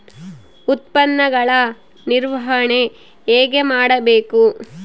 ಉತ್ಪನ್ನಗಳ ನಿರ್ವಹಣೆ ಹೇಗೆ ಮಾಡಬೇಕು?